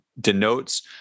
denotes